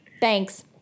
Thanks